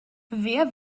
wer